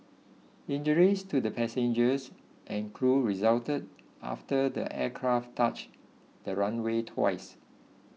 injuries to the passengers and crew resulted after the aircraft touch the runway twice